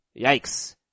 Yikes